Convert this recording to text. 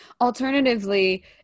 Alternatively